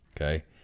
Okay